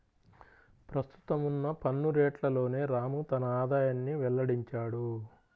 ప్రస్తుతం ఉన్న పన్ను రేట్లలోనే రాము తన ఆదాయాన్ని వెల్లడించాడు